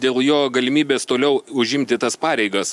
dėl jo galimybės toliau užimti tas pareigas